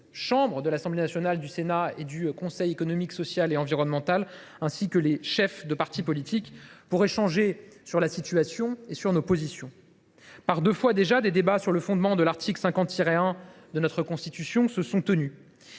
présidents de l’Assemblée nationale, du Sénat et du Conseil économique, social et environnemental (Cese), ainsi que les chefs des partis politiques, pour échanger sur la situation et sur nos positions. Par deux fois déjà, des débats sur le fondement de l’article 50 1 de la Constitution se sont tenus.